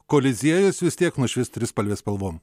koliziejus vis tiek nušvis trispalvės spalvom